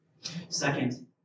Second